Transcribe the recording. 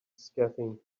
scathing